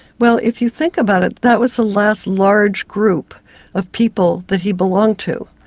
well, if you think about it, that was the last large group of people that he belonged to.